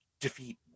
defeat